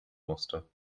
musste